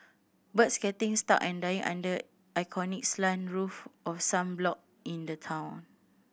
birds getting stuck and dying under iconic slanted roof of some block in the town